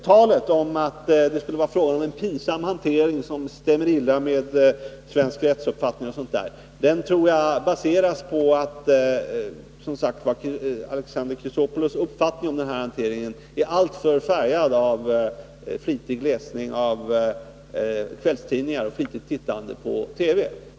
Talet om att det skulle vara fråga om en pinsam hantering som stämmer illa med svensk rättsuppfattning tror jag baseras på att Alexander Chrisopoulos uppfattning om denna hantering är alltför färgad av flitig läsning av kvällstidningar och flitigt tittande på TV.